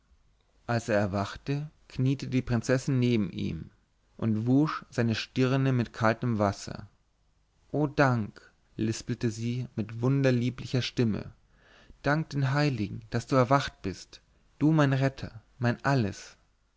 als er erwachte kniete die prinzessin neben ihm und wusch seine stirne mit kaltem wasser o dank lispelte sie mit wunderlieblicher stimme dank den heiligen daß du erwacht bist du mein rettet mein alles